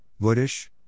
Woodish